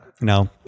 No